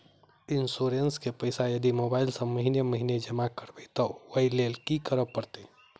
Insurance केँ पैसा यदि मोबाइल सँ महीने महीने जमा करबैई तऽ ओई लैल की करऽ परतै?